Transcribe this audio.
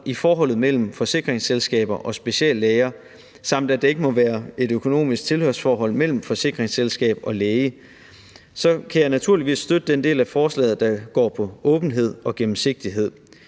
i forholdet mellem forsikringsselskaber og speciallæger, samt at der ikke må være et økonomisk tilhørsforhold mellem forsikringsselskab og læge, kan jeg naturligvis støtte den del af forslaget, der går på åbenhed og gennemsigtighed.